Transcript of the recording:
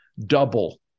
double